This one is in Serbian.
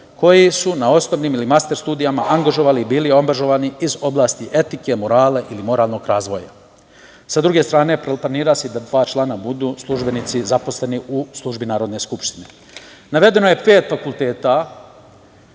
koji su na osnovnim i master studijama angažovani ili bili angažovani iz oblasti etike, morala ili moralnog razvoja. Sa druge strane, planira se i da dva člana budu službenici, zaposleni u službi Narodne skupštine. Navedeno je pet fakulteta: